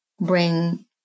bring